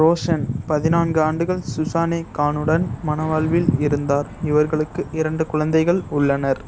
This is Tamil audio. ரோஷன் பதினான்கு ஆண்டுகள் சுசான்னே கானுடன் மணவாழ்வில் இருந்தார் இவர்களுக்கு இரண்டு குழந்தைகள் உள்ளனர்